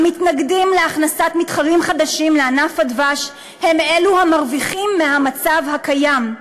המתנגדים להכנסת מתחרים חדשים לענף הדבש הם אלו המרוויחים מהמצב הקיים.